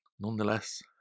nonetheless